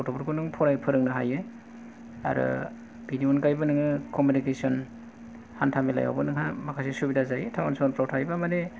गथ'फोरखौ नों फराय फोरोंनो हायो आरो बिनि अनगायैबो नोङो कमिउनिकेसन हान्था मेलायावबो नोंहा सुबिदा जायो टाउन सहरफ्राव थायोबा माने